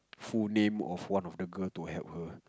full name of one of the girl to help her